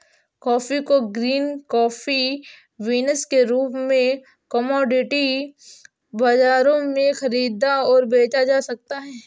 coffee को green coffee beans के रूप में कॉमोडिटी बाजारों में खरीदा और बेचा जाता है